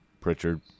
Pritchard